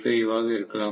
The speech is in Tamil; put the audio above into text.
85 ஆக இருக்கலாம்